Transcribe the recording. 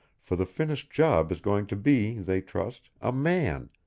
for the finished job is going to be, they trust, a man,